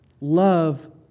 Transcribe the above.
love